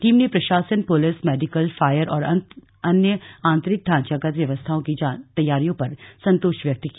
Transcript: team ने प्रशासन police medical fire और अन्य आंतरिक ढांचागत व्यवस्थाओं की तैयारियों पर संतोष व्यक्त किया